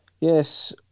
Yes